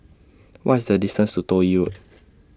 What IS The distance to Toh Yi Road